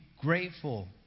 grateful